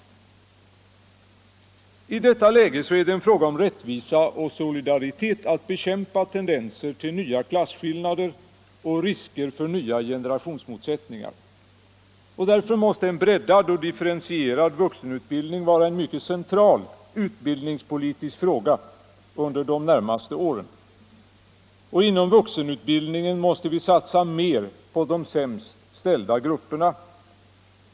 20 maj 1975 I detta läge är det en fråga om rättvisa och solidaritet att bekämpa tendenser till nya klasskillnader och risker för nya generationsmotsätt Vuxenutbildningen, ningar. Därför måste en breddad och differentierad vuxenutbildning vara — m.m. en mycket central utbildningspolitisk fråga under de närmaste åren, och inom vuxenutbildningen måste vi satsa mer på de sämst ställda grupperna.